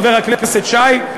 חבר הכנסת שי,